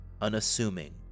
unassuming